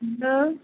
hello